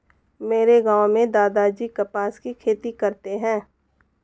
मेरे गांव में दादाजी कपास की खेती करते हैं